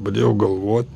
pradėjau galvot